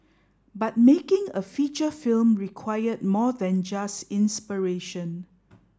but making a feature film required more than just inspiration